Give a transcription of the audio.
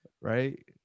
Right